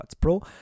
Pro